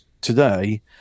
today